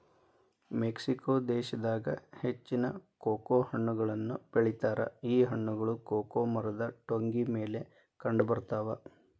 Mexico ದೇಶದಾಗ ಹೆಚ್ಚಾಗಿ cocoa ಹಣ್ಣನ್ನು ಬೆಳಿತಾರ ಈ ಹಣ್ಣುಗಳು ಕೊಕೊ ಮರದ ಟೊಂಗಿ ಮೇಲೆ ಕಂಡಬರ್ತಾವ